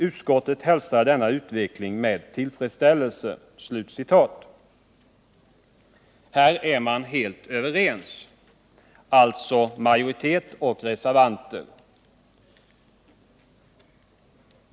Utskottet hälsar denna utveckling med tillfredsställelse.” På denna punkt är majoriteten inom utskottet och reservanterna helt överens.